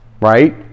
right